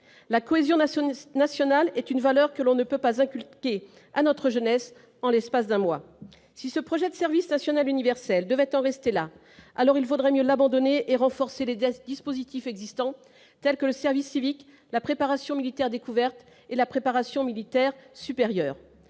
La cohésion nationale est une valeur que l'on ne peut pas inculquer à notre jeunesse en l'espace d'un mois. Si ce projet de service national universel devait en rester là, alors il vaudrait mieux l'abandonner et renforcer les dispositifs existants, tels que le service civique, la préparation militaire découverte et la préparation militaire supérieure.